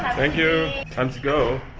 thank you! time to go.